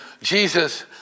Jesus